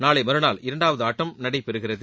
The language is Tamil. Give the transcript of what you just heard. நாளை மறுநாள் இரண்டாவது ஆட்டம் நடைபெறுகிறது